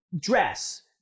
dress